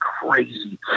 crazy